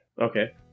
okay